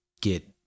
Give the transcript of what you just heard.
get